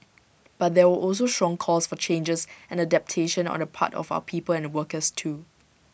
but there were also strong calls for changes and adaptation on the part of our people and workers too